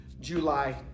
July